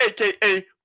aka